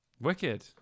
Wicked